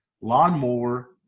Lawnmower